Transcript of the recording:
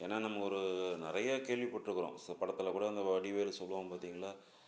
ஏன்னா நம்ம ஒரு நிறைய கேள்விப்பட்ருக்கிறோம் சில படத்தில் கூட அந்த வடிவேல் சொல்வான் பார்த்தீங்களா